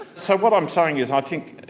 so what i'm saying is, i think,